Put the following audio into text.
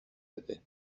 بده